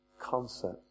concept